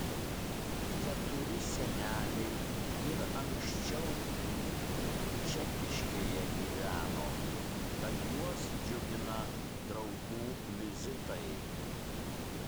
keturi seneliai ir anksčiau čekiškėje gyveno tad juos džiugina draugų vizitai